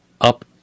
up